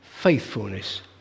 Faithfulness